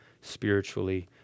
spiritually